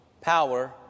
power